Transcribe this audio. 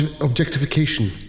objectification